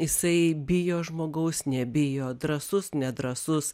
jisai bijo žmogaus nebijo drąsus nedrąsus